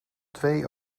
twee